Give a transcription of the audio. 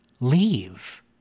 leave